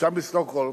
שם בשטוקהולם